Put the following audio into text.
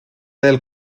del